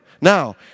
Now